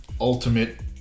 ultimate